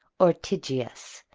ortygius,